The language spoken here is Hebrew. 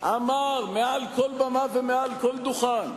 אמר מעל כל במה ומעל כל דוכן,